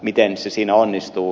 miten se siinä onnistuu